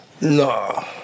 No